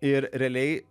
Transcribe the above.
ir realiai